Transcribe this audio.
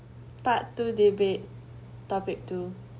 part two debate topic two